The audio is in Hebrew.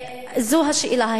זו השאלה.